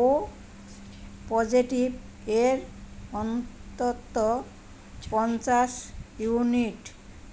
ও positive এর অন্তত পঞ্চাশ ইউনিট